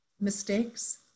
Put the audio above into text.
mistakes